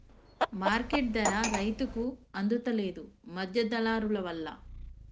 market ధర రైతుకు అందుత లేదు, మధ్య దళారులవల్ల